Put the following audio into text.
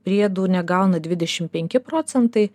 priedų negauna dvidešimt penki procentai